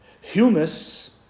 Humus